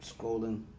scrolling